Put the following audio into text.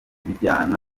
bijyana